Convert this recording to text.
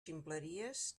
ximpleries